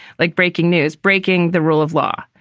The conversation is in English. like breaking news, breaking the rule of law.